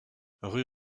rue